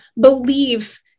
believe